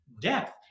depth